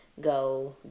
go